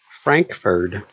Frankfurt